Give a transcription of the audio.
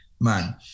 man